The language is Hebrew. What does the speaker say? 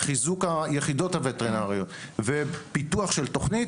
חיזוק היחידות הווטרינריות ופיתוח של תוכנית